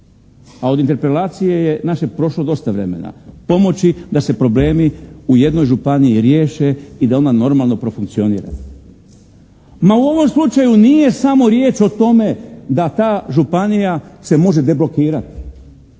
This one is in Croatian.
a od interpelacije je naše prošlo dosta vremena. Pomoći da se problemi u jednoj županiji riješe i da ona normalno profunkcikonira. Ma u ovom slučaju nije samo riječ o tome da ta županija se može deblokirati,